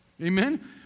amen